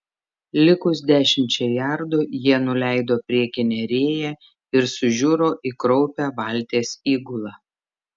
likus dešimčiai jardų jie nuleido priekinę rėją ir sužiuro į kraupią valties įgulą